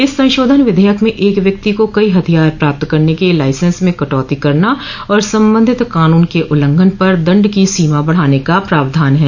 इस संशोधन विधेयक में एक व्यक्ति को कई हथियार प्राप्त करने के लाइसेंस में कटौती करना और संबंधित कानून के उल्लंघन पर दण्ड की सीमा बढ़ाने का प्रावधान है